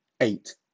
eight